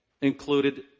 included